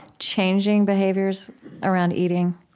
changing behaviors around eating,